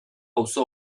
auzo